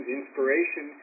inspiration